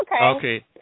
Okay